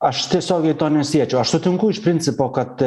aš tiesiogiai to nesiečiau aš sutinku iš principo kad